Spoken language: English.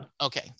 Okay